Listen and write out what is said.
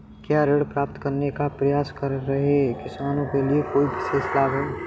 क्या ऋण प्राप्त करने का प्रयास कर रहे किसानों के लिए कोई विशेष लाभ हैं?